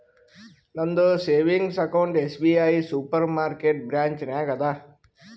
ನಂದ savings account SBI super market branch ನಾಗ್ ಅದಾ